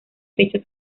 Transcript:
fechas